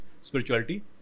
spirituality